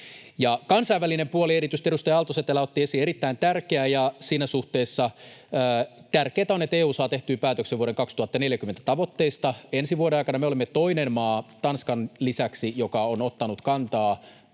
kansainvälinen puoli: Erityisesti edustaja Aalto-Setälä otti esiin sen — erittäin tärkeä. Siinä suhteessa tärkeintä on, että EU saa tehtyä päätöksen vuoden 2040 tavoitteista ensi vuoden aikana. Me olemme toinen maa Tanskan lisäksi, joka on ottanut kantaa